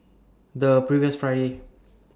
The previous Friday